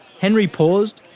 henry paused,